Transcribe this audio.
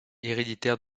héréditaires